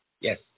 yes